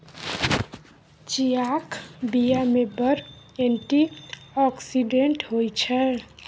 चीयाक बीया मे बड़ एंटी आक्सिडेंट होइ छै